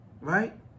Right